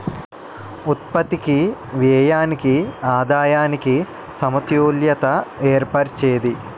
ఉత్పత్తికి వ్యయానికి ఆదాయానికి సమతుల్యత ఏర్పరిచేది